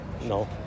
No